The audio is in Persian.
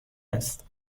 است